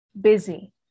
busy